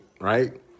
right